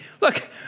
look